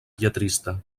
lletrista